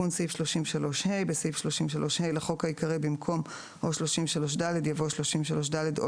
תיקון סעיף 33ה בסעיף 33ה לחוק העיקרי במקום "או 33ד" יבוא "33ד או